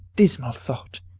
dismal thought!